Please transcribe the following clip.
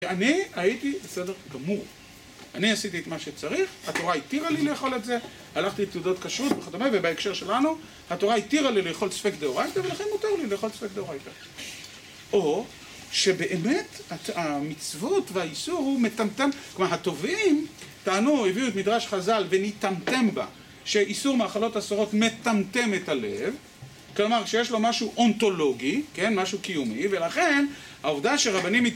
‫אני הייתי בסדר גמור, ‫אני עשיתי את מה שצריך, ‫התורה התירה לי לאכול את זה, ‫הלכתי לתעודות כשרות וכדומה, ‫ובהקשר שלנו, התורה התירה לי ‫לאכול ספק דאורייתרא ‫ולכן מותר לי לאכול ספק דאורייתא. ‫או, שבאמת המצוות והאיסור ‫הוא מטמטם... ‫כלומר, הטובים טענו, ‫הביאו את מדרש חז"ל: ונטמטם בה, ‫שאיסור מאכלות אסורות ‫מטמטם את הלב, ‫כלומר, שיש לו משהו אונתולוגי, כן, ‫משהו קיומי, ‫ולכן העובדה שרבנים...